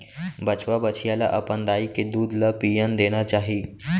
बछवा, बछिया ल अपन दाई के दूद ल पियन देना चाही